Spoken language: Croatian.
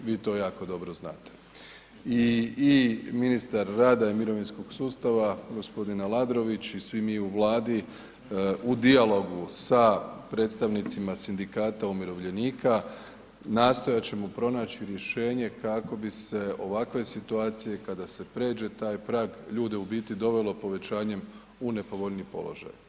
Vi to jako dobro znate i ministar rada i mirovinskog sustava, g. Aladrović i svi mi u Vladi u dijalogu sa predstavnicima sindikata umirovljenika nastojat ćemo pronaći rješenje kako bi se ovakve situacije kada se pređe taj prag ljude, u biti dovelo povećanjem u nepovoljniji položaj.